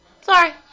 sorry